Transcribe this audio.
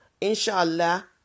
inshallah